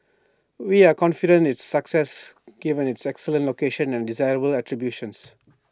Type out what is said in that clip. we are confident its success given its excellent location and desirable attributes